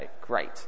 great